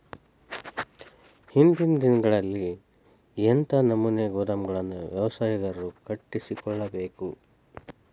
ಇಂದಿನ ದಿನಗಳಲ್ಲಿ ಎಂಥ ನಮೂನೆ ಗೋದಾಮುಗಳನ್ನು ವ್ಯವಸಾಯಗಾರರು ಕಟ್ಟಿಸಿಕೊಳ್ಳಬೇಕು?